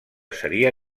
seria